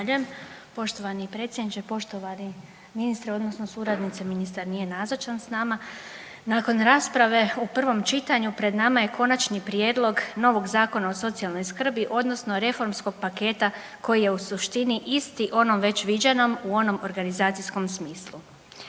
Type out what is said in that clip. Poštovani predsjedniče, poštovani ministrice odnosno suradnice, ministar nije nazočan s nama. Nakon rasprave u prvom čitanju pred nama je konačni prijedlog novog Zakona o socijalnoj skrbi odnosno reformskog paketa koji je u suštini isti već onom viđenom u onom organizacijskom smislu.